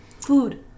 food